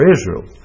Israel